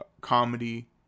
comedy